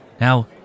Now